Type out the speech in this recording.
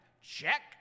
check